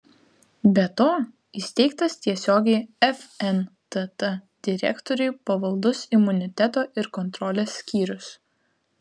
be to įsteigtas tiesiogiai fntt direktoriui pavaldus imuniteto ir kontrolės skyrius